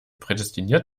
prädestiniert